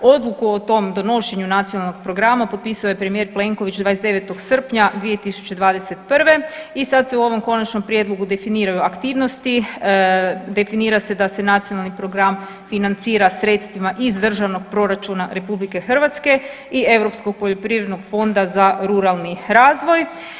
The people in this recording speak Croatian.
Odluku o tom donošenju Nacionalnog programa potpisao je premijer Plenković 29. srpnja 2021. i sada se u ovom Konačnom prijedlogu definiraju aktivnosti, definira se da se Nacionalni program financira sredstvima iz državnog proračuna Republike Hrvatske i Europskog poljoprivrednog fonda za ruralni razvoj.